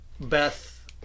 Beth